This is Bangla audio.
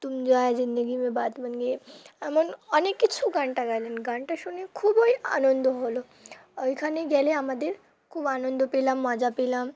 তুম জো আয়ে জিন্দগি মে বাত বন গই এমন অনেক কিছু গানটা গাইলেন গানটা শুনে খুবই আনন্দ হলো ওইখানে গেলে আমাদের খুব আনন্দ পেলাম মজা পেলাম